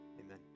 Amen